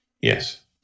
Yes